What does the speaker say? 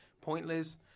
pointless